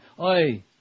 Oi